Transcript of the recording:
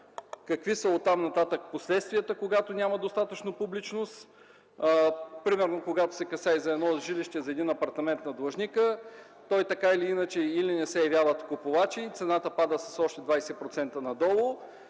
Какви са оттам нататък последствията, когато няма достатъчно публичност? Примерно, когато се касае за едно жилище, за един апартамент на длъжника или не се явяват купувачи и цената пада с още 20% надолу,